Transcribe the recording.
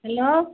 hello